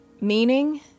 Meaning